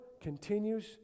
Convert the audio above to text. continues